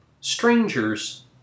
Strangers